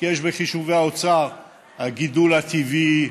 כי יש בחישובי האוצר הגידול הטבעי,